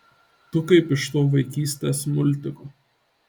tu kaip iš to vaikystės multiko